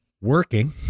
working